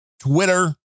Twitter